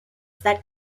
that